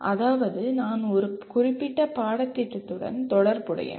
அதாவது நான் ஒரு குறிப்பிட்ட பாடத்திட்டத்துடன் தொடர்புடையவன்